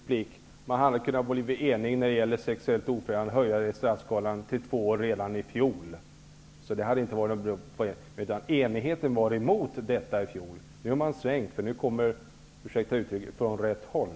Herr talman! Man hade redan i fjol kunnat bli enig när det gällde sexuellt ofredande och utöka straffskalan för detta brott till två år. Men majoriteten var i fjol emot detta. Nu har man svängt, eftersom förslaget kommer -- ursäkta uttrycket -- från rätt håll.